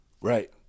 Right